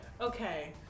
Okay